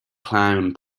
clown